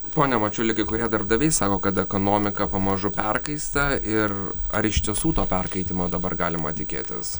pone mačiuli kai kurie darbdaviai sako kad ekonomika pamažu perkaista ir ar iš tiesų to perkaitimo dabar galima tikėtis